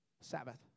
Sabbath